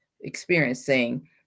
experiencing